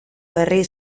herri